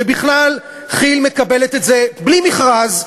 שבכלל כי"ל מקבלת את זה בלי מכרז,